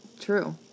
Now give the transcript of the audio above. True